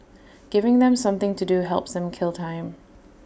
giving them something to do helps them kill time